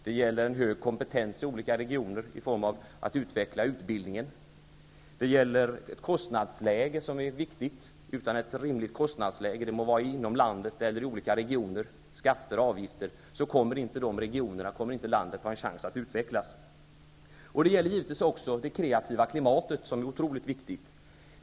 Det gäller en hög kompetens i olika regioner i form av utveckling av utbildnignen. Det gäller kostnadsläget, och det är viktigt. Utan ett rimligt kostnadsläge, rimliga skatter och avgifter -- det må var inom landet eller i olika regioner -- kommer inte regionerna och inte landet att ha en chans att utvecklas. Det gäller givetvis också det kreativa klimatet, som är otroligt viktigt.